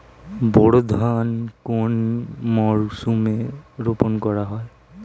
বোরো ধান কোন মরশুমে রোপণ করা হয়?